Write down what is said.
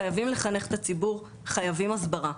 חייבים לחנך את הציבור, חייבים הסברה.